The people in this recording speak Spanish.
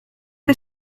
que